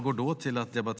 )